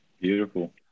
Beautiful